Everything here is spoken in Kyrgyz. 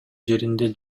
жеринде